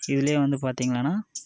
இதுலேயே வந்து பார்த்தீங்களான்னா